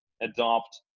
adopt